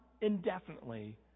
indefinitely